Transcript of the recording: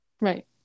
Right